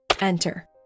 Enter